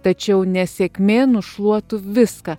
tačiau nesėkmė nušluotų viską